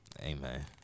Amen